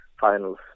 finals